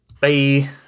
Bye